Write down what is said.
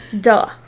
duh